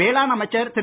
வேளாண் அமைச்சர் திரு